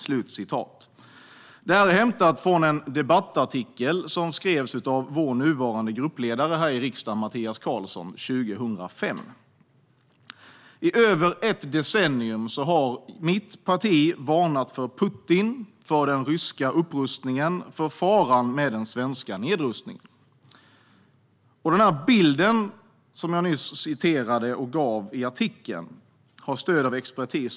Det här är hämtat från en debattartikel som skrevs av vår nuvarande gruppledare här i riksdagen Mattias Karlsson 2005. I över ett decennium har mitt parti varnat för Putin, för den ryska upprustningen och för faran med den svenska nedrustningen. Den bild som gavs i artikeln jag nyss citerade har stöd av expertis.